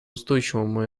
устойчивому